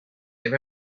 have